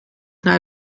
naar